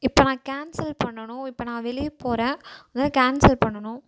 இப்போ நான் கேன்சல் பண்ணணும் இப்போ நான் வெளியே போகிறேன் அதான் கேன்சல் பண்ணணும்